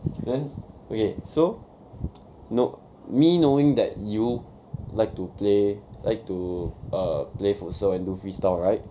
then okay so know me knowing that you like to play like to err play futsal and do freestyle right